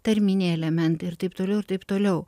tarminiai elementai ir taip toliau ir taip toliau